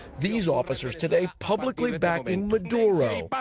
these officers today publicly backing maduro.